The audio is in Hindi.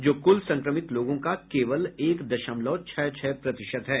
जो कुल संक्रमित लोगों का केवल एक दशमलव छह छह प्रतिशत है